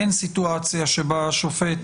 אין סיטואציה בה השופט